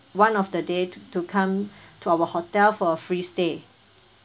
one of the day t~ to come to our hotel for a free stay